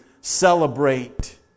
celebrate